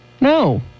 No